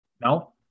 No